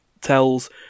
Tells